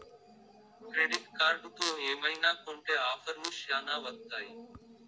credit కార్డుతో ఏమైనా కొంటె ఆఫర్లు శ్యానా వత్తాయి